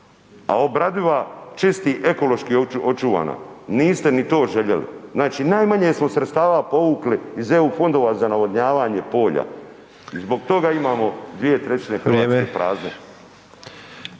a obradiva čisti ekološki očuvana, niste ni to željeli. Znači najmanje smo sredstava povukli iz EU fondova za navodnjavanje polja zbog toga imamo 2/3 Hrvatske